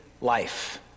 life